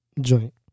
joint